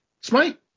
Smite